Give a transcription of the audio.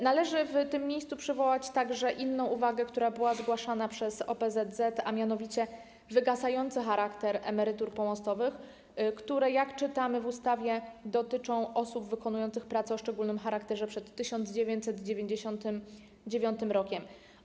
Należy w tym miejscu przywołać także inną uwagę, która była zgłaszana przez OPZZ, a mianowicie wygasający charakter emerytur pomostowych, które - jak czytamy w ustawie - dotyczą osób wykonujących pracę o szczególnym charakterze przed 1999 r.